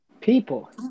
people